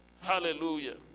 Hallelujah